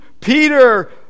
peter